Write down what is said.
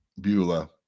Beulah